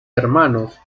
hermanos